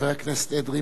חוק התקשורת (בזק ושידורים)